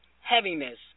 heaviness